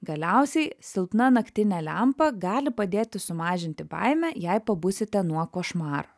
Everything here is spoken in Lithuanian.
galiausiai silpna naktinė lempa gali padėti sumažinti baimę jei pabusite nuo košmarų